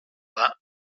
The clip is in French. vingt